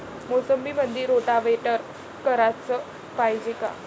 मोसंबीमंदी रोटावेटर कराच पायजे का?